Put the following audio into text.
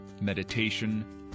meditation